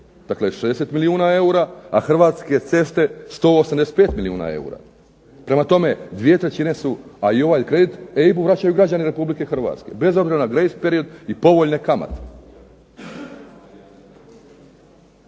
dakle 60 milijuna eura, a Hrvatske ceste 185 milijuna eura. Prema tome dvije trećine su, a i ovaj kredit EIB-u vraćaju građani RH, bez obzira na grace period i povoljne kamate.